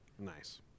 Nice